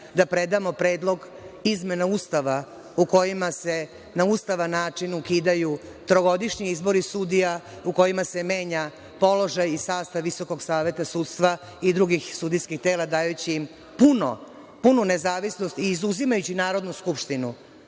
da predamo predlog izmena Ustava u kojima se na ustavan način ukidaju trogodišnji izbori sudija u kojima se menja položaj i sastav VSS i drugih sudijskih tela dajući im punu nezavisnost, izuzimajući Narodnu skupštinu